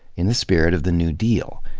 in the spirit of the new deal.